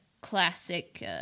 classic